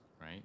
right